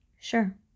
Sure